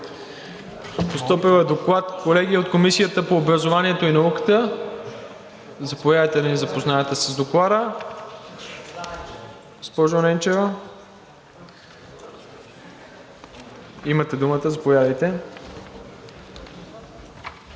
Постъпил е Доклад, колеги, от Комисията по образованието и науката. Заповядайте да ни запознаете с Доклада. Госпожо Ненчева, имате думата.